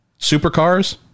supercars